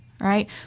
Right